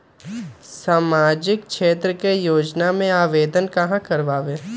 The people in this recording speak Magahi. सामाजिक क्षेत्र के योजना में आवेदन कहाँ करवे?